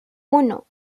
uno